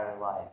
life